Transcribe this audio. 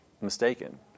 mistaken